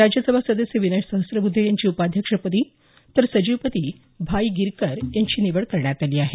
राज्यसभा सदस्य विनय सहस्रबुद्धे यांची उपाध्यक्षपदी तर सचिवपदी भाई गिरकर यांची निवड करण्यात आली आहे